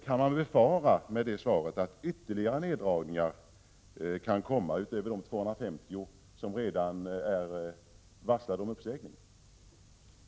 Kan man, mot bakgrund av det, befara ytterligare neddragningar, dvs. att fler än de 250 som redan är varslade om uppsägning mister sina jobb?